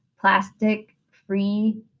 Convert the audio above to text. plastic-free